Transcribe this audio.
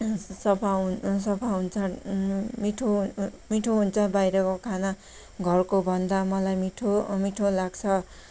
सफा हुन् सफा हुन्छन् मिठो मिठो हुन्छ बाहिरको खाना घरको भन्दा मलाई मिठो अ मिठो लाग्छ